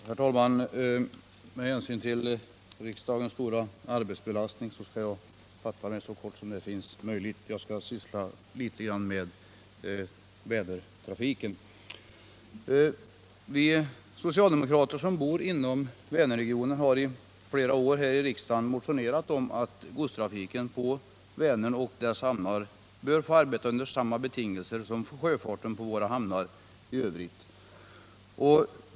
Herr talman! Med hänsyn till riksdagens stora arbetsbelastning skall jag fatta mig så kort som möjligt. Jag kommer att säga några ord om Vänertrafiken. Vi socialdemokrater som bor inom Vänerregionen har flera år här i riksdagen motionerat om att godstrafiken på Vänern och dess hamnar bör få arbeta under samma betingelser som sjöfarten på våra hamnar i övrigt.